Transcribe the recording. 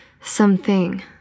Something